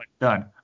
Done